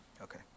Okay